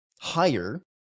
higher